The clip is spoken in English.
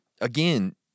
again